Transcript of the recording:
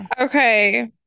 okay